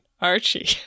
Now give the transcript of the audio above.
Archie